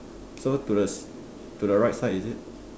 so to the to the right side is it